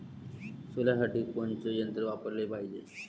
सोल्यासाठी कोनचं यंत्र वापराले पायजे?